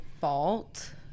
fault